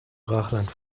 brachland